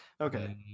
okay